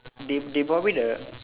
they they bought me the